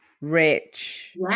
rich